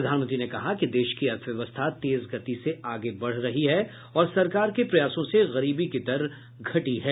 प्रधानमंत्री ने कहा कि देश की अर्थव्यवस्था तेज गति से आगे बढ़ रही है और सरकार के प्रयासों से गरीबी की दर घटी है